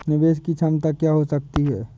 निवेश की क्षमता क्या हो सकती है?